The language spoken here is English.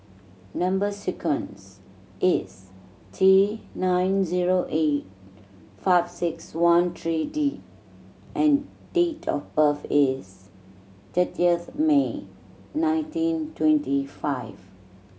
number sequence is T nine zero eight five six one three D and date of birth is thirtieth May nineteen twenty five